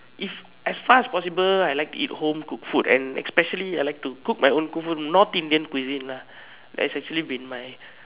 if as far as possible I like to eat home cooked food and especially I like to cook my home cooked food not Indian cuisine lah it's actually been my